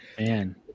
Man